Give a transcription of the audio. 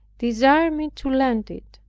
desired me to lend it.